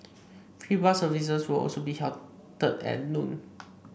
free bus services will also be halted at noon